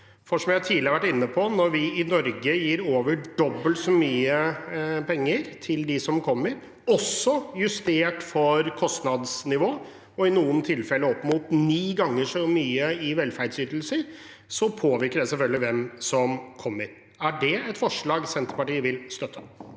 For som jeg tidligere har vært inne på: Når vi i Norge gir over dobbelt så mye penger til dem som kommer, også justert for kostnadsnivå, og i noen tilfeller opp mot ni ganger så mye i velferdsytelser, påvirker det selvfølgelig hvem som kommer. Er det et forslag Senterpartiet vil støtte?